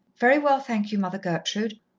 very well, thank you, mother gertrude.